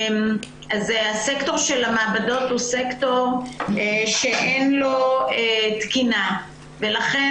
הסקטור של המעבדות הוא סקטור שאין לו תקינה ולכן